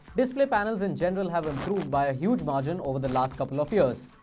display panels in general have improved by a huge margin over the last couple of years.